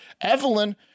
Evelyn